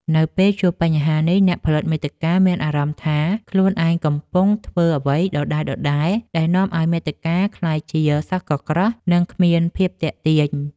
នៅពេលជួបបញ្ហានេះ អ្នកផលិតមាតិកាមានអារម្មណ៍ថាខ្លួនឯងកំពុងធ្វើអ្វីដដែលៗ ដែលនាំឱ្យមាតិកាក្លាយជាសោះកក្រោះ និងគ្មានភាពទាក់ទាញ។